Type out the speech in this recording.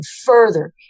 further